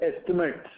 estimates